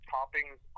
toppings